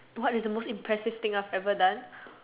what is the most impressive thing I've ever done